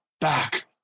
back